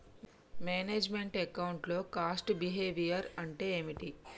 Manage meant account లో cost behaviour అంటే ఏమిటి?